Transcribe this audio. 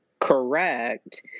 correct